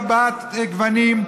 אם היא לא תהיה רבת גוונים,